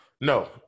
No